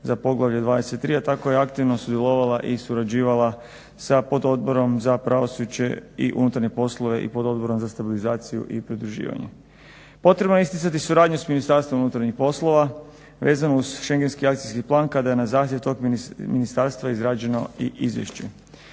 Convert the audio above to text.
za poglavlje 23. A tako je aktivno sudjelovala i surađivala sa Pododborom za pravosuđe i unutarnje poslove i Pododbor za stabilizaciju i pridruživanje. Potrebno je isticati suradnju s Ministarstvom unutarnjih poslova, vezano uz Šengenski akcijski plan kada je na zahtjev tog ministarstva izrađeno i izvješće.